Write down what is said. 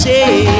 Say